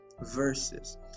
verses